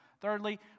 Thirdly